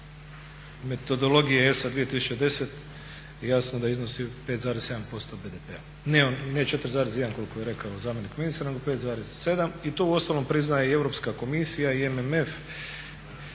metodologije ESA 2010. jasno da iznosi 5,7% BDP-a, ne 4,1 koliko je rekao zamjenik ministra nego 5,7 i to uostalom priznaje i Europska komisija i MMF.